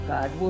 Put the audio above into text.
God